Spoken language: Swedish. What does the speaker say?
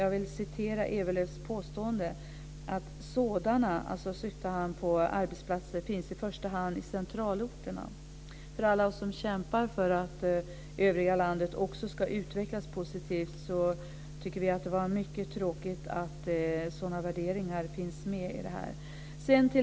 Jag vill återge Ewerlöf, som säger att sådana arbetsplatser i första hand finns i centralorterna. För alla oss som kämpar för att övriga landet också ska utvecklas positivt tycker vi att det var mycket tråkigt att sådana värderingar finns med.